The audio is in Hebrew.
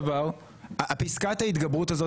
פסקת ההתגברות הזאת,